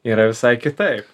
yra visai kitaip